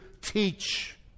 teach